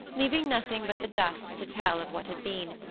leaving nothing but the dust to tell of what had been,